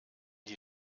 die